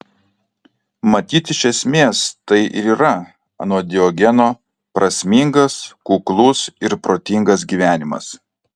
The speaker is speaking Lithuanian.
matyt iš esmės tai ir yra anot diogeno prasmingas kuklus ir protingas gyvenimas